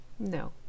No